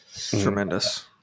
Tremendous